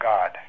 God